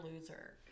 loser